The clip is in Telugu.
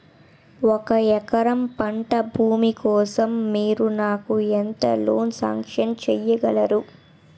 ఒక ఎకరం పంట భూమి కోసం మీరు నాకు ఎంత లోన్ సాంక్షన్ చేయగలరు?